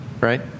right